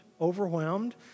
overwhelmed